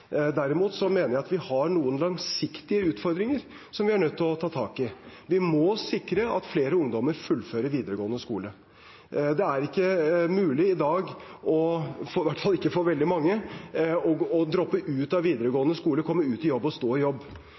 Derimot mener jeg vi har noen langsiktige utfordringer som vi er nødt til å ta tak i. Vi må sikre at flere ungdommer fullfører videregående skole. Det er ikke mulig i dag – i hvert fall ikke for veldig mange – å droppe ut av videregående skole og komme ut i og stå i jobb.